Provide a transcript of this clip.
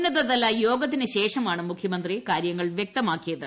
ഉന്നതതല യോഗത്തിന് ശേഷമാണ് മുഖ്യമന്ത്രി കാര്യങ്ങൾ വ്യക്തമാക്കിയത്